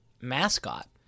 mascot